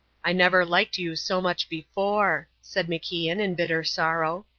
i never liked you so much before, said macian, in bitter sorrow.